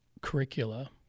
curricula